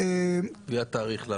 קביעת תאריך.